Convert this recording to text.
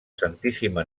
santíssima